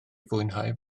fwynhau